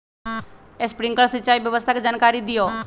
Sprinkler सिंचाई व्यवस्था के जाकारी दिऔ?